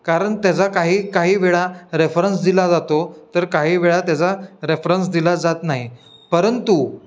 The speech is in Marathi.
कारण त्याचा काही काही वेळा रेफरन्स दिला जातो तर काही वेळा त्याचा रेफरन्स दिला जात नाही परंतु